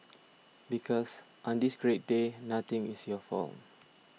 because on this great day nothing is your fault